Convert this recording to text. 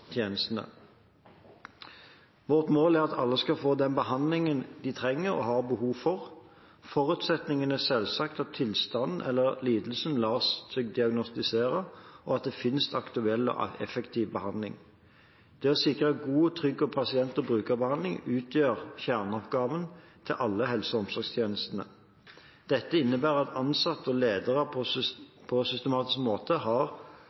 tjenestene. Vårt mål er at alle skal få den behandlingen de trenger og har behov for. Forutsetningen er selvsagt at tilstanden eller lidelsen lar seg diagnostisere, og at det finnes aktuell og effektiv behandling. Det å sikre god og trygg pasient- og brukerbehandling utgjør kjerneoppgaven til alle i helse- og omsorgstjenesten. Dette innebærer at ansatte og ledere på systematisk måte har